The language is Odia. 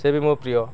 ସେ ବି ମୋ ପ୍ରିୟ